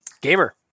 Gamer